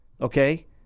okay